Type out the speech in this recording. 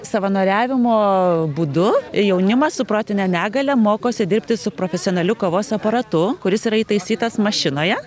savanoriavimo būdu jaunimas su protine negalia mokosi dirbti su profesionaliu kavos aparatu kuris yra įtaisytas mašinoje